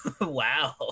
Wow